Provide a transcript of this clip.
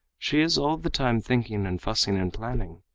she is all the time thinking and fussing and planning.